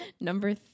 number